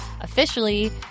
officially